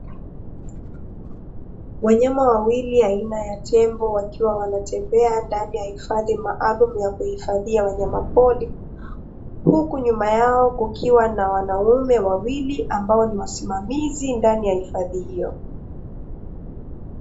Wanyama wawili aina ya Tembo, wakiwa wana tembea ndani ya hifadhi maalumu ya kuhifadhia wanyama pori. Huku nyuma yao kukiwa na wanaume wawili ambao ni wasimamizi ndani ya hifadhi hiyo.